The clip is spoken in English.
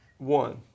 One